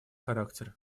характер